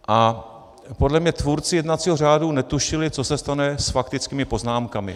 A podle mě tvůrci jednacího řádu netušili, co se stane s faktickými poznámkami.